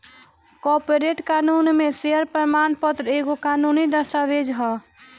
corporate कानून में share प्रमाण पत्र एगो कानूनी दस्तावेज हअ